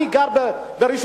אני גר בראשון-לציון,